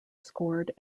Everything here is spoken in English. scored